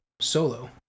solo